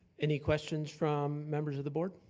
any questions from members of the board?